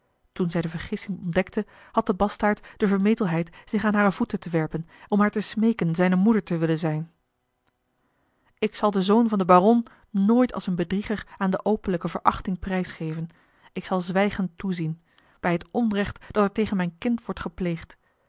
toen zij de vergissing ontdekte had de bastaard de vermetelheid zich aan hare voeten te werpen om haar te smeeken zijne moeder te willen zijn ik zal den zoon van den baron nooit als een bedrieger aan de openlijke verachting prijsgeven ik zal zwijgend toezien bij het onrecht dat er tegen mijn kind wordt gepleegd